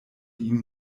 ihm